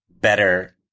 better